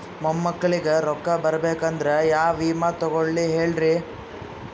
ಮೊಮ್ಮಕ್ಕಳಿಗ ರೊಕ್ಕ ಬರಬೇಕಂದ್ರ ಯಾ ವಿಮಾ ತೊಗೊಳಿ ಹೇಳ್ರಿ?